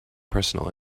personal